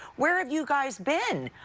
where have you guys been?